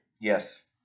Yes